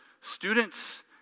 students